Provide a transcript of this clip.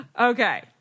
Okay